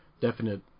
definite